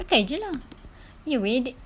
pakai jer lah ya wei